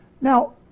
Now